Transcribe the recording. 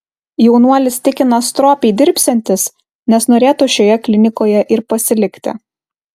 jaunuolis tikina stropiai dirbsiantis nes norėtų šioje klinikoje ir pasilikti